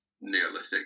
Neolithic